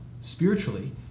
spiritually